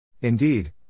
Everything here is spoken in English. Indeed